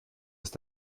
dass